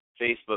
Facebook